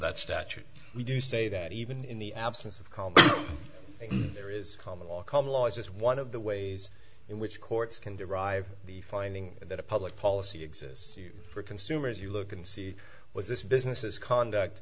that statute we do say that even in the absence of calm there is common law common law is just one of the ways in which courts can derive the finding that a public policy exists for consumers you look and see what this business is conduct